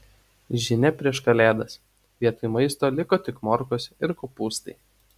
žinia prieš kalėdas vietoj maisto liko tik morkos ir kopūstai